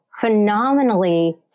phenomenally